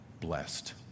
blessed